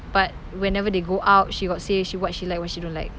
but whenever they go out she got say she what she like what she don't like